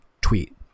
tweet